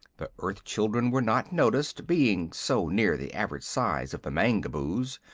the earth children were not noticed, being so near the average size of the mangaboos,